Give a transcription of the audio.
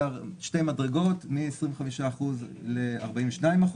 אלא שתי מדרגות מ-25% ל-42%,